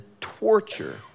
torture